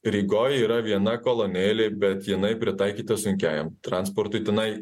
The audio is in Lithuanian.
rygoj yra viena kolonėlė bet jinai pritaikyta sunkiajam transportui tenai